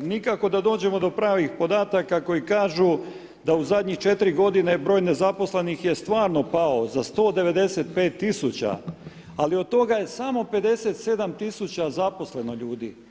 nikako da dođemo do pravih podataka, koji kažu da u zadnje 4 godine broj nezaposlenih je stvarno pao za 195000, ali od toga je samo 57000 zaposleno ljudi.